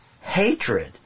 Hatred